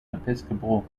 episcopal